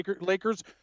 Lakers